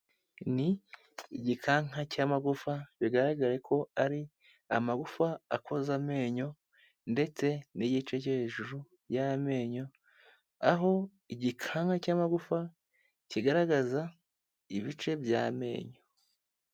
Ni igikanka cy'amagufa bigaragare ko ari amagufa akoza amenyo ndetse n' igice cyo hejuru y'amenyo aho igikanka cy'amagufa kigaragaza ibice by'amenyo.